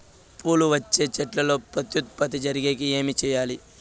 పూలు వచ్చే చెట్లల్లో ప్రత్యుత్పత్తి జరిగేకి ఏమి చేయాలి?